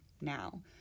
now